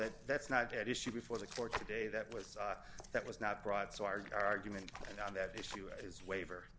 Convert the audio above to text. that that's not at issue before the court today that was that was not brought sarg argument and on that issue as waiver